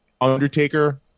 Undertaker